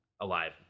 alive